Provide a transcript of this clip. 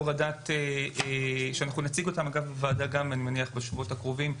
שנציג בוועדה בשבועות הקרובים,